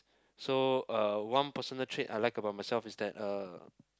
so uh one personal trait I like about myself is that uh